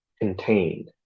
contained